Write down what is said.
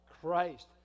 Christ